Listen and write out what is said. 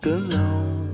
alone